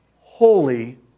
Holy